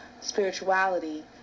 spirituality